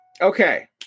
okay